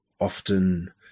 often